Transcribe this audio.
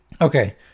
Okay